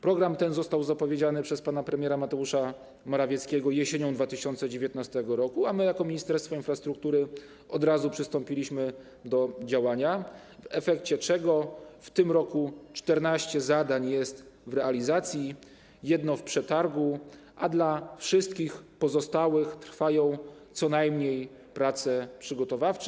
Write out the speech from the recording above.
Program ten został zapowiedziany przez pana premiera Mateusza Morawieckiego jesienią 2019 r., a my jako Ministerstwo Infrastruktury od razu przystąpiliśmy do działania, w efekcie czego w tym roku 14 zadań jest w realizacji, jedno - w przetargu, a w przypadku wszystkich pozostałych trwają co najmniej prace przygotowawcze.